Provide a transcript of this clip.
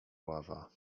ława